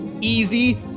easy